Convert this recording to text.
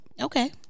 Okay